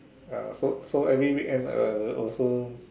ah so so every weekend I will also